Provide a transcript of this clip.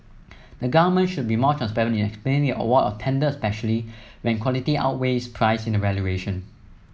the government should be more transparent in explaining the award of tender especially when quality outweighs price in the evaluation